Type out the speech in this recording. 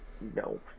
No